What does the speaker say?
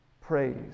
praise